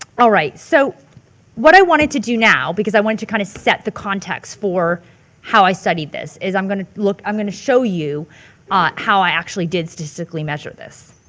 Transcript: alright, so what i wanted to do now because i wanted to kind of set the context for how i studied this is i'm gonna look, i'm gonna show you ah how i actually did statistically measure this.